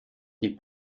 die